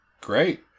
Great